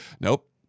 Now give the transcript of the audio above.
Nope